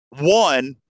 One